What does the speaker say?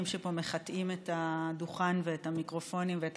שפה מחטאים את הדוכן ואת המיקרופונים ואת